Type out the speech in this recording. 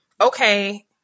okay